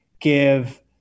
give